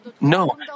no